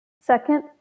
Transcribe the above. Second